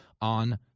on